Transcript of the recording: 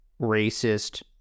racist